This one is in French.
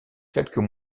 quelques